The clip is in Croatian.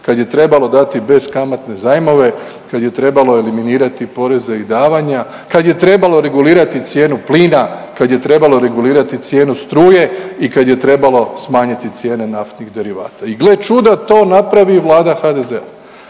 kad je trebalo dati beskamatne zajmove, kad je trebalo eliminirati poreze i davanja, kad je trebalo regulirati cijenu plina, kad je trebalo regulirati cijenu struje i kad je trebalo smanjiti cijene naftnih derivata i gle čuda to napravi Vlada HDZ-a.